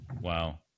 Wow